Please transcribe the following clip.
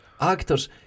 Actors